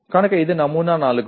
కనుక ఇది నమూనా 4